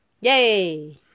Yay